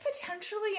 potentially